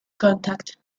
contact